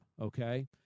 okay